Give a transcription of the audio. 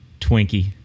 twinkie